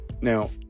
Now